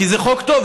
כי זה חוק טוב,